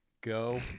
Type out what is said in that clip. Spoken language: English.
go